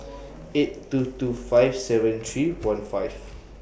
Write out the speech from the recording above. eight two two five seven three one five